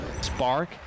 Spark